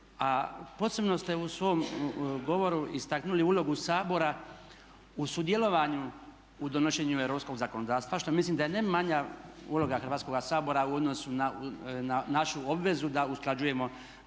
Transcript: A posebno ste u svom govoru istaknuli ulogu Sabora u sudjelovanju u donošenju europskog zakonodavstva što mislim da je ne manja uloga Hrvatskoga sabora u odnosu na našu obvezu da usklađujemo